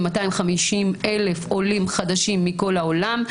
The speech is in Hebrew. כ-250,000 עולים חדשים מכל העולם.